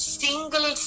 single